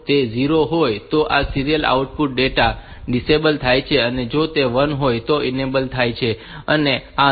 તેથી જો તે 0 હોય તો આ સીરીયલ આઉટપુટ ડેટા ડિસેબલ થાય છે અને જો તે 1 હોય તો તે ઇનેબલ થાય છે અને આ 0